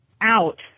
out